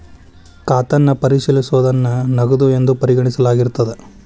ಖಾತನ್ನ ಪರಿಶೇಲಿಸೋದನ್ನ ನಗದು ಎಂದು ಪರಿಗಣಿಸಲಾಗಿರ್ತದ